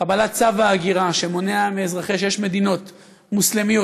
קבלת צו ההגירה שמונע מאזרחי שש מדינות מוסלמיות,